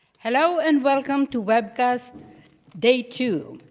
hello and welcome to webcast day two.